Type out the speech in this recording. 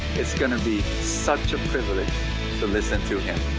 it's going to be such a privilege to listen to him.